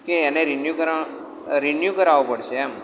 કે એને રીન્યુ કરાવ રીન્યુ કરાવવો પડશે એમ